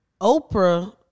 Oprah